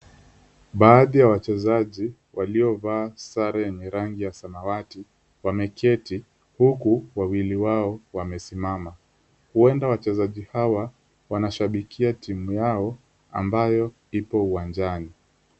Baadhi ya wachezaji waliovaa sare yenye rangi ya samawati, wameketi huku wawili wao wamesimama. Huenda wachezaji hawa wanashabikia timu yao ambayo ipo uwanjani.